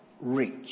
rich